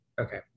Okay